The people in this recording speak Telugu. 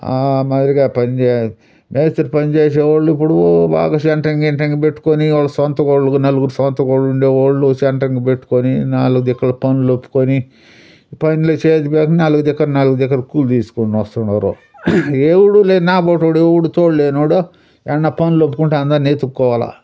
ఆ మాదిరిగా పని చే మేస్త్రి పని చేసే వాళ్ళు ఇప్పుడు బాగా సెంట్రింగ్ గింట్రింగ్ పెట్టుకొని వాళ్ళ సొంతవాళ్ళు నలుగురు సొంతవాళ్ళు ఉండేవాళ్ళు సెంట్రింగ్ పెట్టుకొని నాలుగు దిక్కున పనులు ఒప్పుకొని పనులు చేతి నాలుగు దిక్కుల నాలుగు దిక్కుల కూలి తీసుకొని వస్తున్నారు ఎవడు లేని నాబోటి వాడు ఎవడు తోడు లేని వాడు ఏడనా పనులు ఒప్పుకుంటా అందరిని ఎత్తుకోవాల